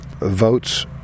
votes